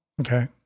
Okay